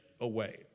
away